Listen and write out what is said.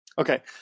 Okay